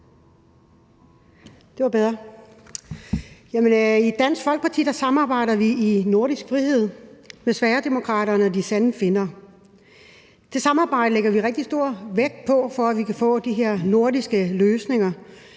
I Dansk Folkeparti samarbejder vi i Nordisk Frihed med Sverigedemokraterne og De Sande Finner. Det samarbejde lægger vi rigtig stor vægt på, for at vi kan få de her nordiske løsninger,